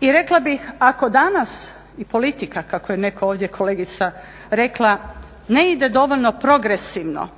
I rekla bih ako danas i politika, kako je netko ovdje, kolegica rekla, ne ide dovoljno progresivno